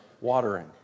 watering